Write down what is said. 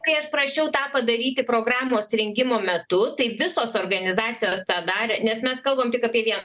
kai aš prašiau tą padaryti programos rengimo metu tai visos organizacijos tą darė nes mes kalbam tik apie vie